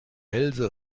hälse